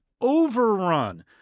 overrun